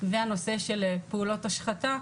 והנושא של פעולות השחתה,